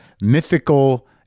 mythical